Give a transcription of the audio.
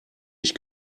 ich